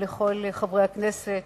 ולכל חברי הכנסת,